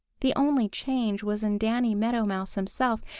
the only change was in danny meadow mouse himself,